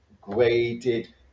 graded